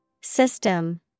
System